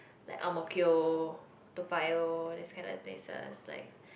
like ang-mo-kio Toa-Payoh this kind of places like